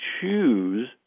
choose